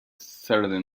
saturday